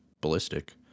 ballistic